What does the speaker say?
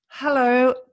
Hello